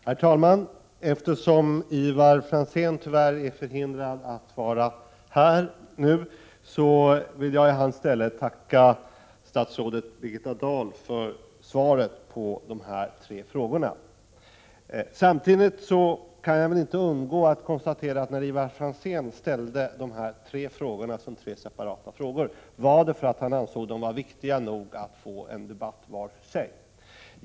Herr talman! Eftersom Ivar Franzén tyvärr är förhindrad att vara här nu, vill jag i hans ställe tacka statsrådet Birgitta Dahl för svaret på de tre frågorna. Samtidigt kan jag inte undgå att konstatera att när Ivar Franzén ställde frågorna som tre separata frågor, var det för att han ansåg dem vara viktiga 45 nog att debatteras var för sig.